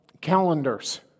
calendars